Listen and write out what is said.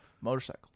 motorcycles